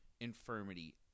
infirmity